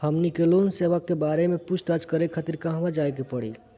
हमनी के लोन सेबा के बारे में पूछताछ करे खातिर कहवा जाए के पड़ी?